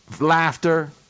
laughter